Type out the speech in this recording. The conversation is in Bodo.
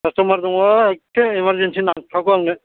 कास्टमार दङ एखे इमारजेन्सि नांथारगौ आंनो